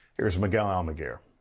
here's miguel almaguer.